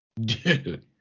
Dude